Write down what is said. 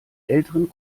älteren